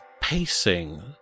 pacing